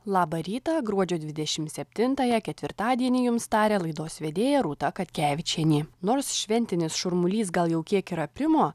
labą rytą gruodžio dvidešimt septintąją ketvirtadienį jums taria laidos vedėja rūta katkevičienė nors šventinis šurmulys gal jau kiek ir aprimo